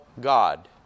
God